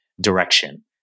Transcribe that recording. direction